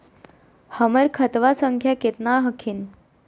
हमर खतवा संख्या केतना हखिन?